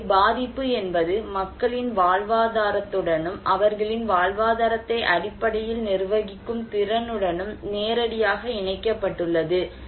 எனவே பாதிப்பு என்பது மக்களின் வாழ்வாதாரத்துடனும் அவர்களின் வாழ்வாதாரத்தை அடிப்படையில் நிர்வகிக்கும் திறனுடனும் நேரடியாக இணைக்கப்பட்டுள்ளது